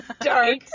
dark